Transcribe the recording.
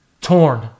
torn